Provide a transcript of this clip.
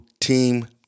team